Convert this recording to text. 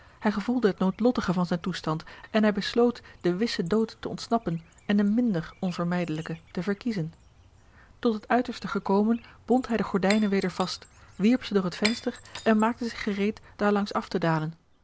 hij gevoelde het noodlottige van zijn toestand en besloot den wissen dood te ontsnappen en een minder onvermijdelijken te verkiezen tot het uiterste gekomen bond hij de gordijnen weder vast wierp ze door het venster en maakte zich gereed daar langs af te dalen